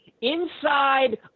inside